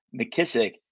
McKissick